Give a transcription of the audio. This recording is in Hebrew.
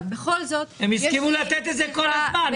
הם הסכימו לתת את זה כל הזמן,